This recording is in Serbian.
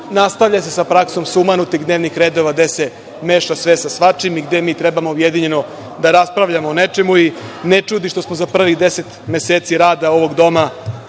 itd. Nastavlja se sa praksom sumanutih dnevnih redova gde se meša sve sa svačim, i gde mi treba objedinjeno da raspravljamo o nečemu. Ne čudi što smo za prvih 10 meseci rada ovog doma